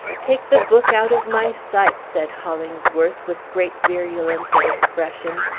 take the book out of my sight, said hollingsworth with great virulence of expression,